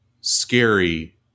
scary